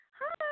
hi